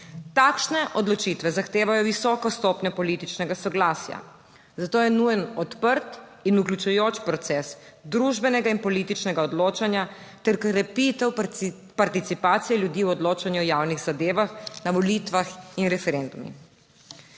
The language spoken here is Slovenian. Takšne odločitve zahtevajo visoko stopnjo političnega soglasja, zato je nujen odprt in vključujoč proces družbenega in političnega odločanja ter krepitev participacije ljudi v odločanju o javnih zadevah na volitvah in referendumih.